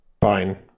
Fine